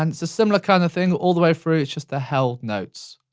and it's a similar kind of thing all the way through. it's just the held notes.